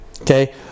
Okay